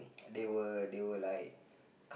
they were they were like